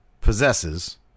possesses